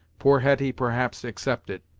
poor hetty, perhaps, excepted.